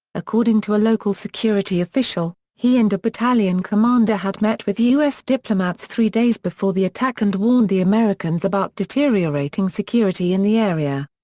according to a local security official, he and a battalion commander had met with u s. diplomats three days before the attack and warned the americans about deteriorating security in the area.